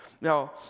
Now